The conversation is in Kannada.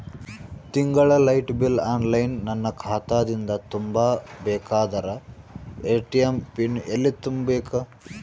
ತಿಂಗಳ ಲೈಟ ಬಿಲ್ ಆನ್ಲೈನ್ ನನ್ನ ಖಾತಾ ದಿಂದ ತುಂಬಾ ಬೇಕಾದರ ಎ.ಟಿ.ಎಂ ಪಿನ್ ಎಲ್ಲಿ ತುಂಬೇಕ?